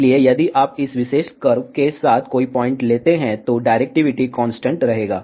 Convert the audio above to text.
इसलिए यदि आप इस विशेष कर्व के साथ कोई पॉइंट लेते हैं तो डायरेक्टिविटी कांस्टेंट रहेगा